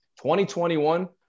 2021